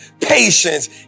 patience